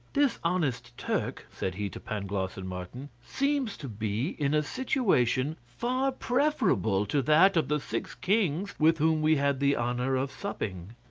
this honest turk, said he to pangloss and martin, seems to be in a situation far preferable to that of the six kings with whom we had the honour of supping.